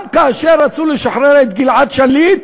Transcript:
גם כאשר רצו לשחרר את גלעד שליט,